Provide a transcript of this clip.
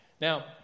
Now